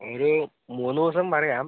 ഒരു മൂന്നു ദിവസം പറയാം